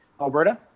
alberta